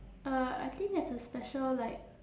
uh I think there's a special like